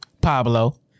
Pablo